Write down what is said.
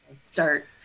start